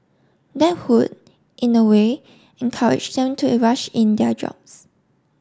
that would in a way encourage them to rush in their jobs